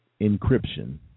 encryption